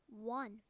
one